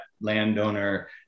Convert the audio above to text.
landowner